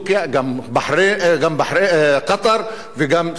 גם קטאר וגם סעודיה.